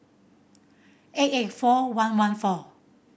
eight eight four one one four